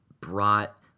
brought